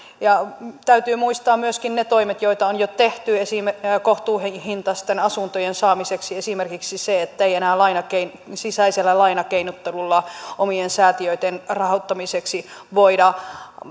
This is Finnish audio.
ja täytyy muistaa myöskin ne toimet joita on jo tehty esimerkiksi kohtuuhintaisten asuntojen saamiseksi esimerkiksi se ettei enää sisäisellä lainakeinottelulla omien säätiöiden rahoittamiseksi voida